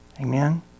Amen